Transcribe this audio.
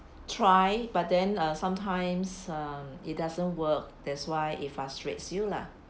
try but then uh sometimes um it doesn't work that's why it frustrates you lah